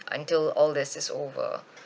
until all this is over